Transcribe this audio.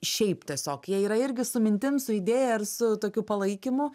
šiaip tiesiog jie yra irgi su mintim su idėja ir su tokiu palaikymu